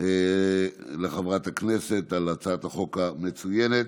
לחברת הכנסת על הצעת החוק המצוינת.